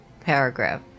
paragraph